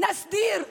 נסדיר,